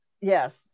yes